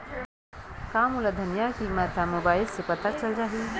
का मोला धनिया किमत ह मुबाइल से पता चल जाही का?